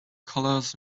colours